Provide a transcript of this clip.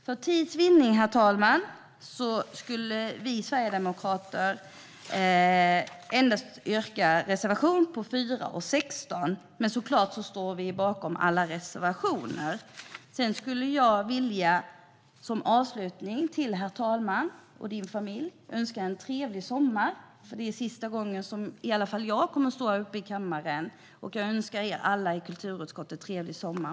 För tids vinnande yrkar vi sverigedemokrater bifall endast till reservationerna 4 och 16, men vi står såklart bakom alla våra reservationer. Som avslutning skulle jag vilja önska herr talmannen och hans familj en trevlig sommar. Det är sista gången som jag står i talarstolen här, och jag önskar också er alla i kulturutskottet en trevlig sommar.